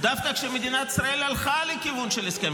דווקא כשמדינת ישראל הלכה לכיוון של הסכם